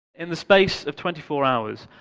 in the space of twenty four hours,